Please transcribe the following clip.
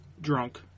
drunk